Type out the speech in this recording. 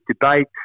debate